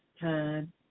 time